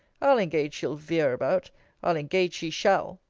i'll engage she'll veer about i'll engage she shall.